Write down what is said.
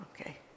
Okay